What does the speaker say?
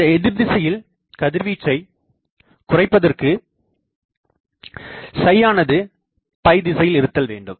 இந்த எதிர்திசையில் கதிர்வீச்சை குறைப்பதற்கு ஆனது திசையில் இருத்தல்வேண்டும்